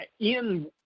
Ian